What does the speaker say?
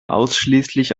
ausschließlich